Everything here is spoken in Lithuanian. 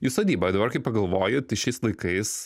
į sodybą dabar kai pagalvoji tai šiais laikais